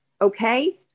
okay